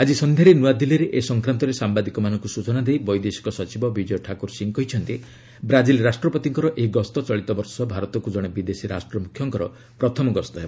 ଆଜି ସନ୍ଧ୍ୟାରେ ନୂଆଦିଲ୍ଲୀରେ ଏ ସଂକ୍ରାନ୍ତରେ ସାମ୍ବାଦିକମାନଙ୍କୁ ସ୍ଟଚନା ଦେଇ ବୈଦେଶିକ ସଚିବ ବିଜୟ ଠାକୁର ସିଂହ କହିଛନ୍ତି ବ୍ରାଜିଲ ରାଷ୍ଟ୍ରପତିଙ୍କର ଏହି ଗସ୍ତ ଚଳିତ ବର୍ଷ ଭାରତକୁ ଜଣେ ବିଦେଶୀ ରାଷ୍ଟ୍ର ମୁଖ୍ୟଙ୍କ ପ୍ରଥମ ଗସ୍ତ ହେବ